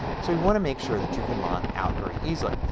so you want to make sure that you can log out very easily.